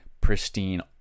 pristine